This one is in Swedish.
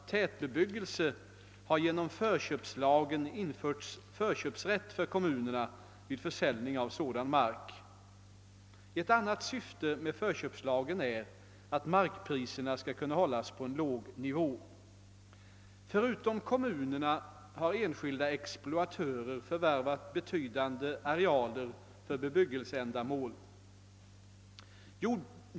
tätbebyggelse har genom förköpslagen införts förköpsrätt för kommunerna vid försäljning av sådan mark, Ett annat syfte med förköpslagen är att markpriserna skall kunna hållas på en låg nivå. Förutom kommunerna har enskilda exploatörer förvärvat betydande arealer för bebyggelseändamål.